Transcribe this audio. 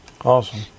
Awesome